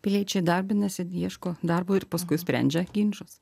piliečiai darbinasi ieško darbo ir paskui sprendžia ginčus